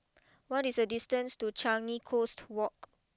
what is the distance to Changi Coast walk